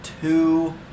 two